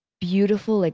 beautiful, like